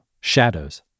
Shadows